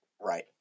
Right